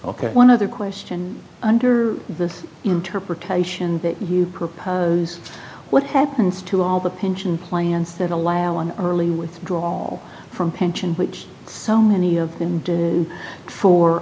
ok one other question under the interpretation that you propose what happens to all the pension plans that allow an early withdrawal from pension which so many of them do for